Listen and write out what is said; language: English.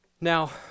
Now